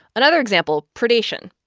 another example, predation.